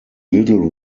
little